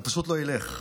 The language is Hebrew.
זה פשוט לא ילך.